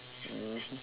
mmhmm